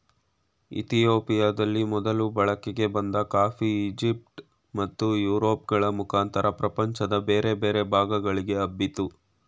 ಇತಿಯೋಪಿಯದಲ್ಲಿ ಮೊದಲು ಬಳಕೆಗೆ ಬಂದ ಕಾಫಿ ಈಜಿಪ್ಟ್ ಮತ್ತು ಯುರೋಪ್ ಗಳ ಮುಖಾಂತರ ಪ್ರಪಂಚದ ಬೇರೆ ಬೇರೆ ಭಾಗಗಳಿಗೆ ಹಬ್ಬಿತು